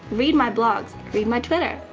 read my blogs, read my twitter,